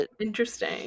interesting